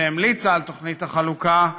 שהמליצה על תוכנית החלוקה,